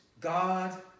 God